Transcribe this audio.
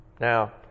Now